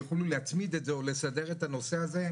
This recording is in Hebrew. יוכלו להצמיד את זה או לסדר את הנושא הזה,